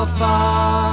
far